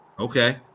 Okay